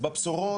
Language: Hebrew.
בבשורות,